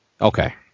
Okay